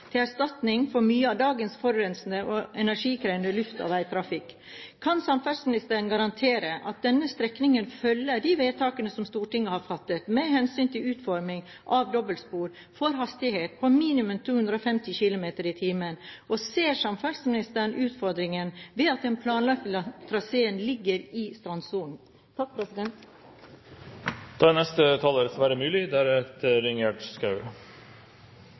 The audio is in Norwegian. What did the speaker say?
til erstatning for mye av dagens forurensende og energikrevende luft- og veitrafikk. Kan samferdselsministeren garantere at denne strekningen følger de vedtakene som Stortinget har fattet med hensyn til utforming av dobbeltspor, for hastighet på minimum 250 km/t? Ser samferdselsministeren utfordringen ved at den planlagte traseen ligger i strandsonen?